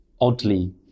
oddly